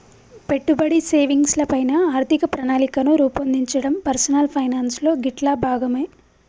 పెట్టుబడి, సేవింగ్స్ ల పైన ఆర్థిక ప్రణాళికను రూపొందించడం పర్సనల్ ఫైనాన్స్ లో గిట్లా భాగమే